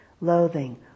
loathing